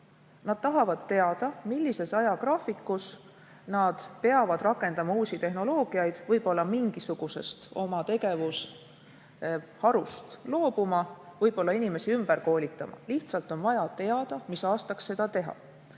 Nad tahavad teada, millises ajagraafikus nad peavad rakendama uusi tehnoloogiaid, võib‑olla mingisugusest oma tegevusharust loobuma, võib-olla inimesi ümber koolitama. Neil lihtsalt on vaja teada, mis aastaks seda teha.